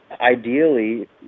ideally